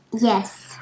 Yes